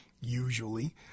usually